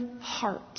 heart